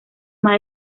más